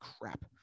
crap